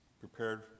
prepared